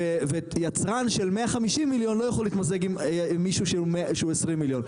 ויצרן של 150 מיליון לא יכול להתמזג עם מי שהוא 20 מיליון.